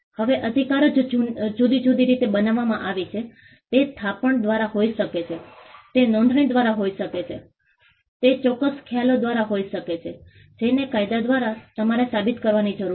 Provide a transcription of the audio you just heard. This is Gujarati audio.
હવે અધિકાર જ જુદી જુદી રીતે બનાવવામાં આવી છે તે થાપણ દ્વારા હોઈ શકે છે તે નોંધણી દ્વારા હોઈ શકે છે તે ચોક્કસ ખ્યાલો દ્વારા હોઈ શકે છે જેને કાયદા દ્વારા તમારે સાબિત કરવાની જરૂર છે